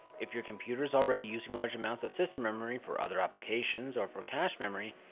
if your computer is already using large amounts of system memory for other applications or for cache memory,